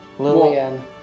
Lillian